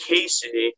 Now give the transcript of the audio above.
Casey